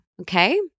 Okay